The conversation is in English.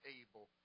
able